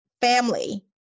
family